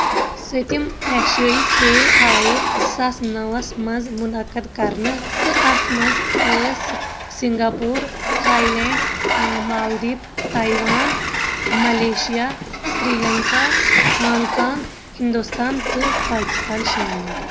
سٔتِم ایشیٲیی کھیل آیہ زٕ ساس نوَس مَنٛز منعقد كرنہٕ تہٕ اتھ مَنٛز أسۍ Singapore Thailand Maldives Taiwan Malaysia Sri Lanka Hong Kong Hindustan تہٕ پاکستان شٲمِل